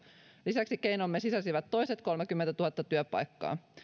lisäksi keinomme sisälsivät toiset kolmekymmentätuhatta työpaikkaa